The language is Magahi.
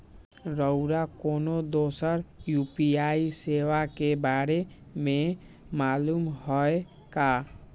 रउरा कोनो दोसर यू.पी.आई सेवा के बारे मे मालुम हए का?